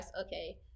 okay